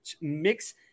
mix